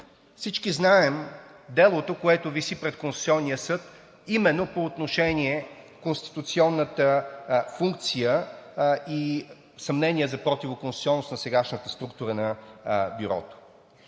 Всички знаем делото, което виси пред Конституционния съд, именно по отношение конституционната функция и съмнения за противоконституционност на сегашната структура на Бюрото.